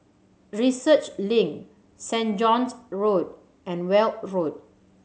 Research Link Saint John's Road and Weld Road